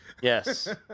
Yes